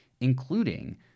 including